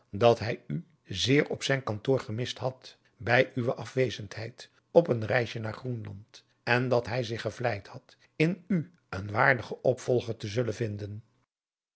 dat hij u zeer op zijn kantoor gemist had bij uwe afwezendheid op een reisje naar groenland en dat hij zich gevleid had in u een waardigen opvolger te zullen vinden